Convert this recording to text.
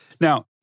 Now